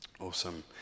Awesome